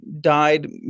died